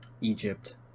Egypt